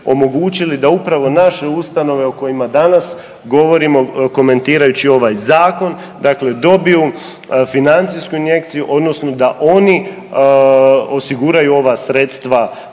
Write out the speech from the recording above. da upravo naše ustanove o kojima danas govorimo komentirajući ovaj Zakon dakle dobiju financijsku injekciju odnosno da oni osiguraju ova sredstva